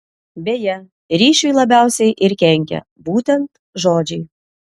beje ryšiui labiausiai ir kenkia būtent žodžiai